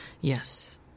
Yes